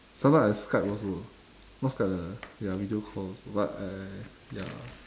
sometimes I skype also not skype lah ya video call also but I ya